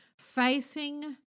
facing